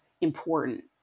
important